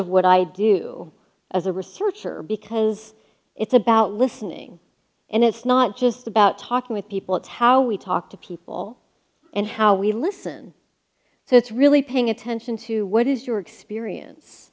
of what i do as a researcher because it's about listening and it's not just about talking with people it's how we talk to people and how we listen so it's really paying attention to what is your experience